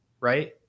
right